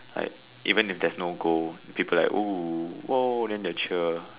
like even if there's no goal people like ooh oh then they will cheer